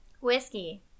whiskey